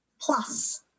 plus